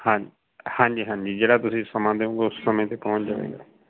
ਹਾਂਜੀ ਹਾਂਜੀ ਹਾਂਜੀ ਜਿਹੜਾ ਤੁਸੀਂ ਸਮਾਂ ਦਿਓਗੇ ਉਸ ਸਮੇਂ 'ਤੇ ਪਹੁੰਚ ਜਾਵੇਗਾ